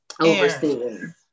Overseeing